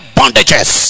bondages